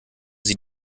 sie